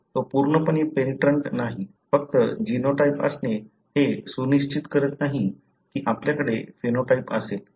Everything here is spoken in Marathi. तो पूर्णपणे पेनिट्रन्ट नाही फक्त जीनोटाइप असणे हे सुनिश्चित करत नाही की आपल्याकडे फेनोटाइप असेल